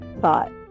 thought